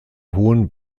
hohen